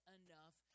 enough